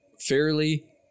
fairly